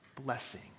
blessing